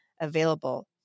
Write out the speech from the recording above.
available